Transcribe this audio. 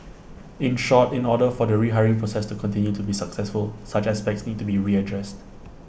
in short in order for the rehiring process to continue to be successful such aspects need to be readdressed